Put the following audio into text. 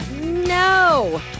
no